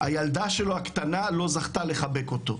הילדה הקטנה שלו לא זכתה לחבק אותו.